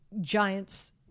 giants